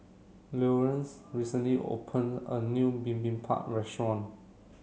Leonce recently opened a new Bibimbap restaurant